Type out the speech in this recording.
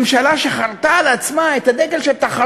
ממשלה שחרתה על דגלה את התחרותיות,